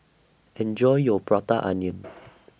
Enjoy your Prata Onion